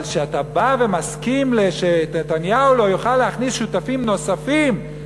אבל כשאתה בא ומסכים שנתניהו לא יוכל להכניס שותפים נוספים,